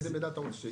איזה מידע אתה רוצה?